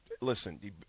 listen